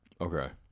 Okay